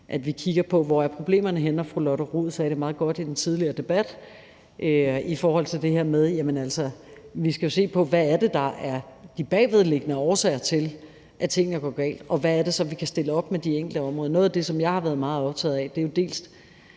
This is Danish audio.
at vi kigger på, hvor problemerne er henne. Fru Lotte Rod sagde det meget godt i en tidligere debat, nemlig at vi jo skal se på, hvad det er, der er de bagvedliggende årsager til, at tingene går galt, og hvad det så er, vi kan stille op med de enkelte områder. Noget af det, som jeg har været meget optaget af, er dels